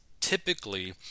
typically